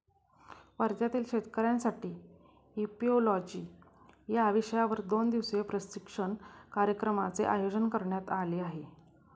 वर्ध्यातील शेतकऱ्यांसाठी इपिओलॉजी या विषयावर दोन दिवसीय प्रशिक्षण कार्यक्रमाचे आयोजन करण्यात आले आहे